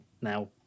now